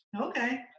Okay